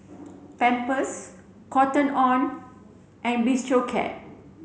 Pampers Cotton On and Bistro Cat